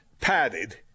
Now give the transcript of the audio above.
padded